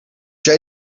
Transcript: jij